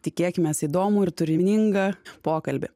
tikėkimės įdomų ir turiningą pokalbį